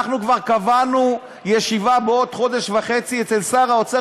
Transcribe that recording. כבר קבענו ישיבה בעוד חודש וחצי אצל שר האוצר,